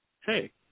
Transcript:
hey